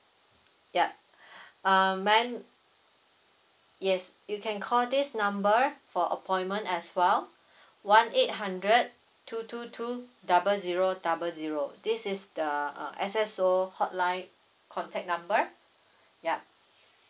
ya uh man yes you can call this number for appointment as well one eight hundred two two two double zero double zero this is the uh S_S_O hotline contact number